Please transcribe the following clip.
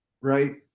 right